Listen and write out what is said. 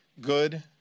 good